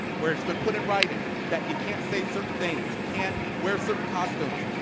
where it's been put in writing that you can't say certain things. you can't wear certain costumes.